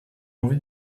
envie